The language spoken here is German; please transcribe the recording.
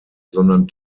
sondern